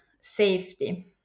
safety